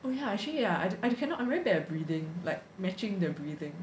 oh ya actually ah I cannot I'm very bad at breathing like matching the breathing